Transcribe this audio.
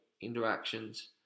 interactions